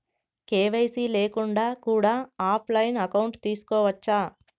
KYC లేకుండా కూడా offline account తీసుకోవచ్చా?